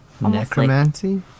Necromancy